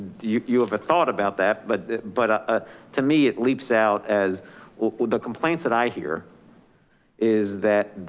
you you have a thought about that, but but ah ah to me, it leaps out as the complaints that i hear is that.